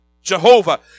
Jehovah